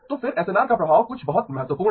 तो फिर एसएनआर का प्रभाव कुछ बहुत महत्वपूर्ण है